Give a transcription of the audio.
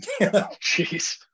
Jeez